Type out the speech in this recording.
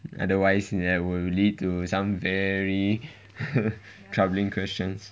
otherwise there will lead to some very troubling questions